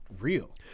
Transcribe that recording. real